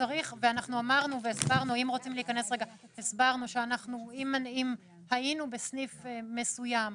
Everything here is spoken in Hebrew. אנחנו אמרנו והסברנו שאם היינו בסניף מסוים,